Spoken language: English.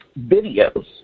videos